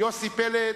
יוסי פלד,